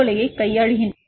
coli யை கையாளுகின்றன